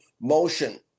motion